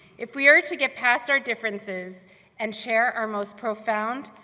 if we are to get past our differences and share our most profound,